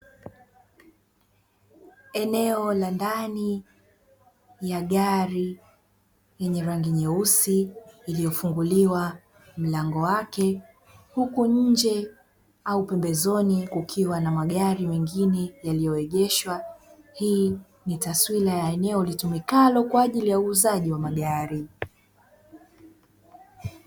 Eneo la ndani ya gari lenye rangi nyeusi iliyofunguliwa mlango wake, huku nje au pembezoni, kukiwa na magari mengine yaliyoegeshwa. Hii ni taswira ya eneo litumikalo kwa ajili ya uuzaji wa magari.